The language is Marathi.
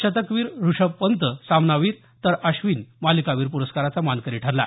शतकवीर ऋषभ पंत सामनावीर तर अश्विन मालिकावीर प्रस्काराचा मानकरी ठरला